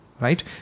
right